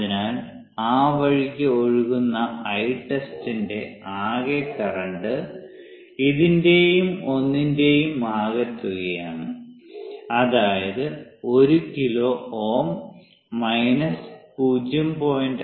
അതിനാൽ ആ വഴിക്ക് ഒഴുകുന്ന Itest ന്റെ ആകെ കറന്റ് ഇതിന്റെയും ഒന്നിന്റെയും ആകെത്തുകയാണ് അതായത് 1 കിലോ Ω മൈനസ് 0